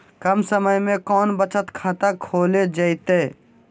कम समय में कौन बचत खाता खोले जयते?